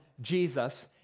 Jesus